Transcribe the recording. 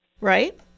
Right